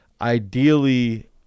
ideally